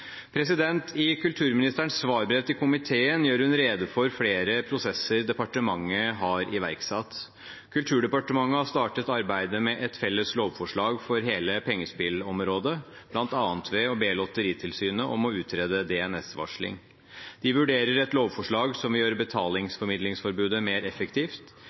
I kulturministerens svarbrev til komiteen gjør hun rede for flere prosesser departementet har iverksatt. Kulturdepartementet har startet arbeidet med et felles lovforslag for hele pengespillområdet, bl.a. ved å be Lotteritilsynet om å utrede DNS-varsling. De vurderer et lovforslag som vil gjøre betalingsformidlingsforbudet mer effektivt,